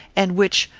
and which,